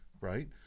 right